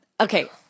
Okay